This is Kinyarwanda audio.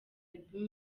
album